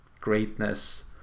greatness